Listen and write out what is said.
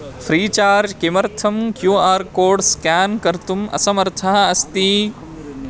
Freecharge किमर्थं Q R code scan कर्तुम् असमर्थः अस्ति